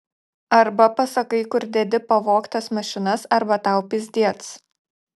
arba pasakai kur dedi pavogtas mašinas arba tau pizdiec